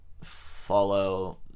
follow